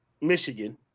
Michigan